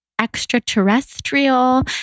extraterrestrial